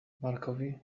markowi